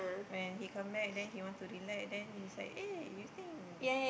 when he come back then he want to relax then you is like eh you think